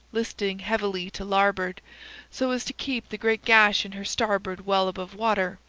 listing heavily to larboard so as to keep the great gash in her starboard well above water,